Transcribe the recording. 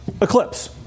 eclipse